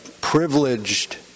privileged